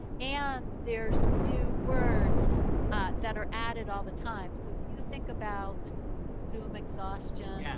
and there's new words that are added all the time. so if you think about zoom exhaustion, yeah